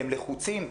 הם לחוצים,